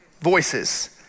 voices